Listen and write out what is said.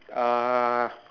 uh